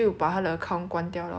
ya but it's quite fast eh like